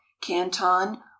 canton